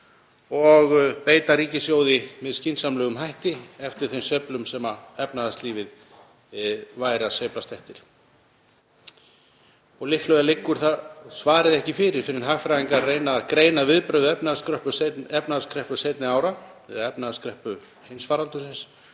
og beita ríkissjóði með skynsamlegum hætti eftir þeim sveiflum sem efnahagslífið væri að sveiflast eftir. Líklega liggur svarið ekki fyrir fyrr en hagfræðingar reyna að greina viðbrögð við efnahagskreppu seinni ára, við efnahagskreppu heimsfaraldursins,